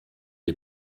est